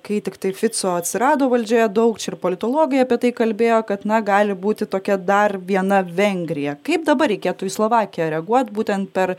kai tiktai fico atsirado valdžioje daug čia ir politologai apie tai kalbėjo kad na gali būti tokia dar viena vengrija kaip dabar reikėtų į slovakiją reaguot būtent per